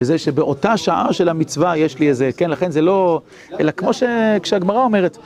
זה שבאותה שעה של המצווה יש לי איזה, כן, לכן זה לא, אלא כמו כשהגמרא אומרת.